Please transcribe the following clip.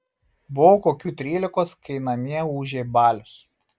buvau kokių trylikos kai namie ūžė balius